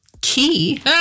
key